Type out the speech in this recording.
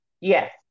Yes